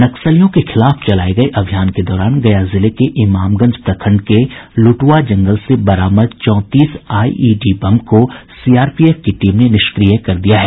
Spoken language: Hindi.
नक्सलियों के खिलाफ चलाये गये अभियान के दौरान गया जि के इमामगंज प्रखंड के लुटुआ जंगल से बरामद चौंतीस आईईडी बम को सीआरपीएफ की टीम ने निष्क्रिय कर दिया है